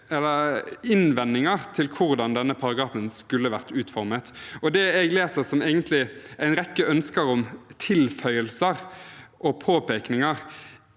rekke innvendinger til hvordan denne paragrafen skulle vært utformet – det jeg egentlig leser som en rekke ønsker om tilføyelser og påpekninger.